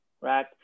right